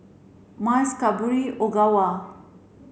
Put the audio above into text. Miles Cadbury Ogawa